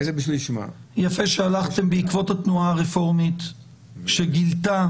יפה שהלכתם בעקבות התנועה הרפורמית שגילתה